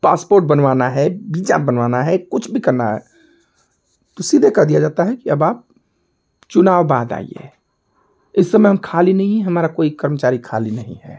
passport बनवाना है visa बनवाना है कुछ भी करना है तो सीधे कह दिया जाता है कि अब आप चुनाव बाद आइए इस समय हम खाली नहीं हैं हमारा कोई कर्मचारी खाली नहीं है